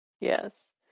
Yes